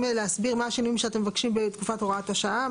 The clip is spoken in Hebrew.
להסביר מה השינויים שאתם מבקשים בתקופת הוראת השעה?